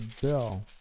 bill